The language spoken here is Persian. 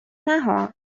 نهها